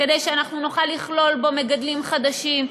כדי שאנחנו נוכל לכלול בו מגדלים חדשים,